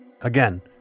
Again